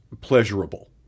pleasurable